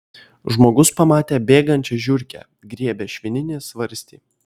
žmogus pamatė bėgančią žiurkę griebia švininį svarstį